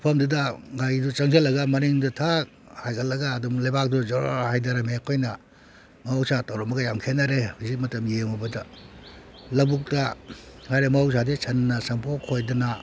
ꯃꯐꯝꯗꯨꯗ ꯒꯥꯔꯤꯗꯨ ꯆꯪꯖꯜꯂꯒ ꯃꯅꯤꯡꯗ ꯊꯛ ꯍꯥꯏꯒꯠꯂꯒ ꯑꯗꯨꯝ ꯂꯩꯕꯥꯛꯇꯨ ꯖꯣꯔ ꯍꯩꯙꯔꯝꯃꯦ ꯑꯩꯈꯣꯏꯅ ꯃꯍꯧꯁꯥ ꯇꯧꯔꯝꯕꯒ ꯌꯥꯝ ꯈꯦꯠꯅꯔꯦ ꯍꯧꯖꯤꯛ ꯃꯇꯝ ꯌꯦꯡꯉꯨꯕꯗ ꯂꯕꯨꯛꯇ ꯍꯥꯏꯔꯦ ꯃꯍꯧꯁꯥꯗꯤ ꯁꯟꯅ ꯁꯟꯄꯣꯠ ꯈꯣꯏꯗꯅ